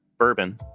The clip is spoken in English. Bourbon